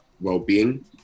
well-being